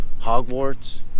Hogwarts